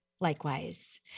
Likewise